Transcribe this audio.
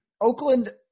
Oakland